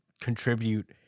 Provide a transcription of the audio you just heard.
contribute